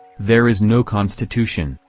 there is no constitution,